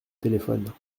téléphone